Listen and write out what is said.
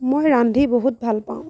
মই ৰান্ধি বহুত ভাল পাওঁ